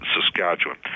Saskatchewan